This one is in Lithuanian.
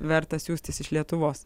verta siųstis iš lietuvos